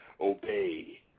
Obey